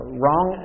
wrong